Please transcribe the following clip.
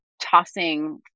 tossing